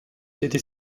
était